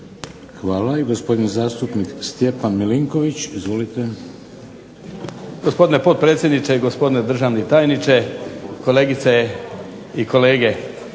Hvala. I gospodin zastupnik Stjepan Milinković. Izvolite. **Milinković, Stjepan (HDZ)** Gospodine potpredsjedniče, gospodine državni tajniče, kolegice i kolege.